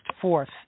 fourth